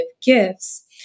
gifts